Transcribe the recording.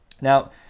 Now